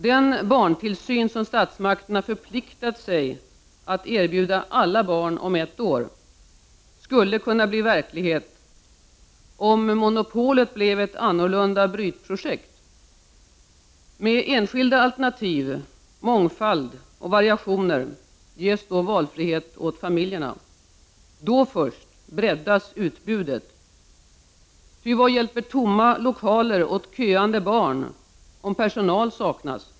Den barntillsyn som statsmakterna förpliktat sig att erbjuda alla barn om ett år, skulle kunna bli verklighet om monopolet blev ett annorlunda brytprojekt. Med enskilda alternativ, mångfald och variationer skall familjerna ges valfrihet. Då först breddas utbudet. Vad hjälper tomma lokaler åt köande barn, om personal saknas?